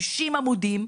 60 עמודים,